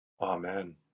Amen